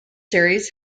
series